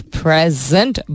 present